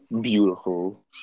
beautiful